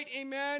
amen